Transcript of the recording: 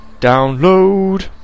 Download